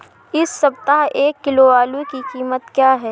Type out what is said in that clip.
इस सप्ताह एक किलो आलू की कीमत क्या है?